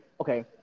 okay